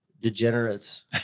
degenerates